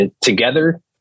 together